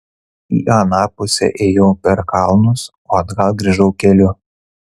į aną pusę ėjau per kalnus o atgal grįžau keliu